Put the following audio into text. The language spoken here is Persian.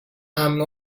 عمه